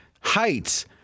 heights